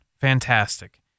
Fantastic